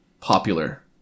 popular